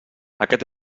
aquest